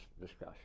discussion